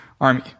Army